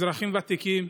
אזרחים ותיקים,